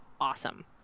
awesome